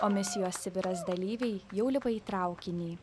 o misijos sibiras dalyviai jau lipa į traukinį